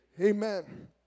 Amen